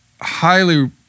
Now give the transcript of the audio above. highly